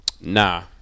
Nah